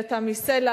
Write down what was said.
גברת תמי סלע,